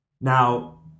Now